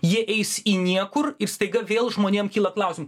jie eis į niekur ir staiga vėl žmonėm kyla klausimų